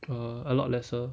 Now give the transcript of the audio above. err a lot lesser